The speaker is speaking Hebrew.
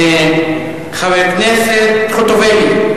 חברת הכנסת חוטובלי,